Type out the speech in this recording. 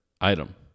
item